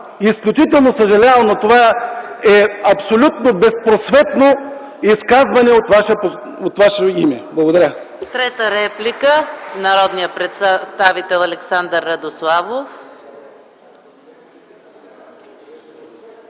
Изключително съжалявам, но това е абсолютно безпросветно изказване от Ваше име. Благодаря.